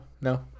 no